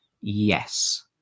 Yes